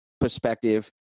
perspective